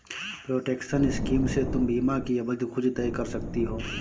protection scheme से तुम बीमा की अवधि खुद तय कर सकती हो